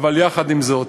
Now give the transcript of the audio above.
אבל יחד עם זאת